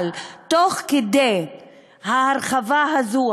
אבל תוך כדי ההרחבה הזאת,